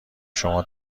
شما